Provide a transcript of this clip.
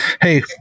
hey